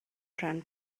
ran